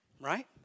right